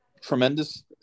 tremendous